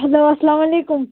hello اسلام علیکُم